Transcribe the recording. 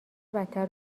بدتر